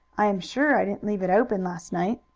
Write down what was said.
i am sure i didn't leave it open last night.